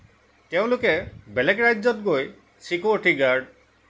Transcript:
তেওঁলোকে বেলেগ ৰাজ্যত গৈ চিক'ৰিটি গাৰ্ড